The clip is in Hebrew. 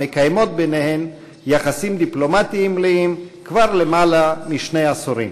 המקיימות ביניהן יחסים דיפלומטיים מלאים כבר למעלה משני עשורים.